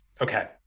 okay